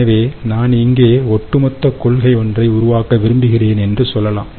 எனவேநான் இங்கே ஒட்டுமொத்த கொள்கை ஒன்றை உருவாக்க விரும்புகிறேன் என்று சொல்லலாம்